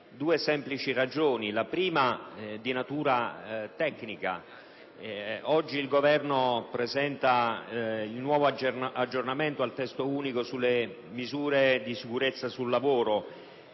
due semplici ragioni, di cui la prima è di natura tecnica. Oggi il Governo presenta il nuovo aggiornamento al Testo unico in materia di sicurezza sul lavoro;